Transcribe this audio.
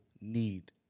need